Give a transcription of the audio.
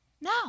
No